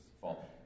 fall